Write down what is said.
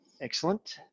Excellent